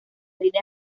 líneas